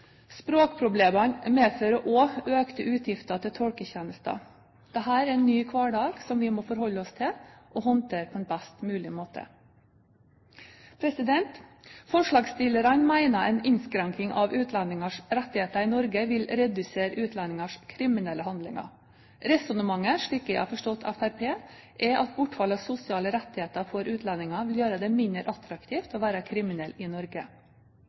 Språkproblemene medfører også økte utgifter til tolketjenester. Dette er en ny hverdag som vi må forholde oss til og håndtere på en best mulig måte. Forslagsstillerne mener en innskrenkning av utlendingers rettigheter i Norge vil redusere utlendingers kriminelle handlinger. Resonnementet, slik jeg har forstått Fremskrittspartiet, er at bortfall av sosiale rettigheter for utlendinger vil gjøre det mindre attraktivt å være kriminell i Norge.